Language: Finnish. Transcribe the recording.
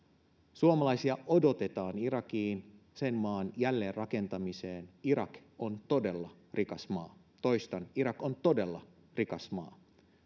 suomalaisia odotetaan irakiin sen maan jälleenrakentamiseen irak on todella rikas maa toistan irak on todella rikas maa